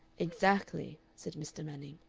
exactly! said mr. manning.